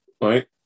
right